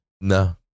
No